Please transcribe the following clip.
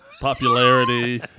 Popularity